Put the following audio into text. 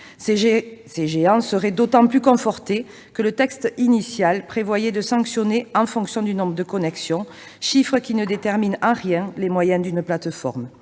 Ces géants auraient été d'autant plus confortés que le texte initial prévoyait de sanctionner en fonction du nombre de connexions, lequel ne détermine en rien les moyens d'une plateforme.